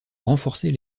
renforcer